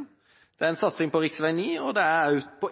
og det er en satsing på rv. 9 og også på